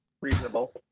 Reasonable